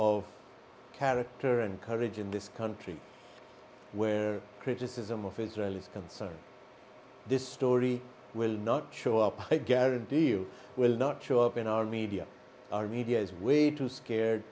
of character and courage in this country where criticism of israel is concerned this story will not show up i guarantee you will not show up in our media our media is way too scared